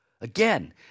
Again